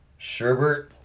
Sherbert